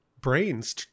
brains